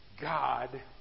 God